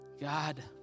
God